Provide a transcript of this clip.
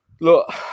Look